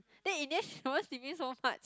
then in the end she the one sleeping so much